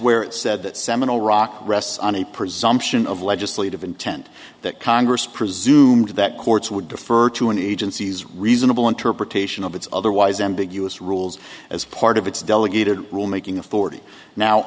where it said that seminal rock rests on a presumption of legislative intent that congress presumed that courts would defer to an agency's reasonable interpretation of its otherwise ambiguous rules as part of its delegated rule making authority now